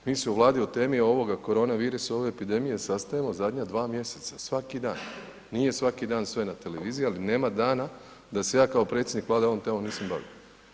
Mi se u Vladi o temi ovo korona virusa, ove epidemije sastajemo zadnja 2 mjeseca, svaki dan, nije svaki dan sve na televiziji, ali nema dana da se ja kao predsjednik Vlade ovom temom nisam bavio.